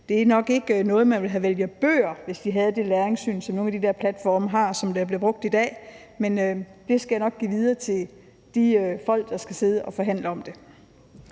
Det er nok ikke noget, man ville have valgt bøger ud fra, hvis man havde det læringssyn, som nogle af de her platforme, der bliver brugt i dag, har. Men det skal jeg nok give videre til de folk, der skal sidde og forhandle om det.